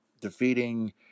defeating